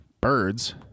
birds